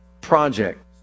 project